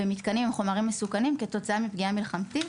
במתקנים עם חומרים מסוכנים כתוצאה מפגיעה מלחמתית.